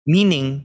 Meaning